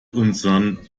unseren